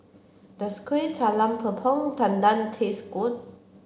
does Kueh Talam Tepong Pandan taste good